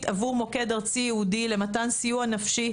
עבור מוקד ארצי ייעודי למתן סיוע נפשי.